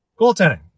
Goaltending